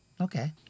Okay